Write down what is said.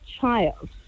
child